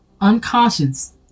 unconscious